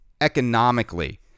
economically